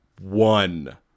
one